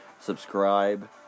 Subscribe